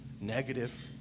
negative